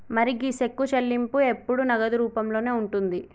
మరి గీ సెక్కు చెల్లింపు ఎప్పుడు నగదు రూపంలోనే ఉంటుంది